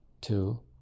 Two